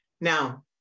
Now